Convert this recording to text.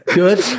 good